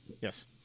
Yes